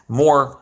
more